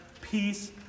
Peace